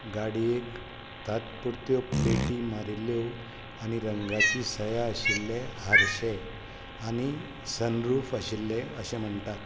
गाडयेक तात्पुरत्यो प्लेटी मारिल्ल्यो आनी रंगाची सया आशिल्ले हारशे आनी सनरूफ आशिल्लें अशें म्हणटात